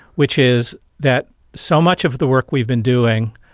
which is that so much of the work we've been doing,